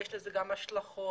יש לזה גם השלכות,